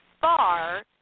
far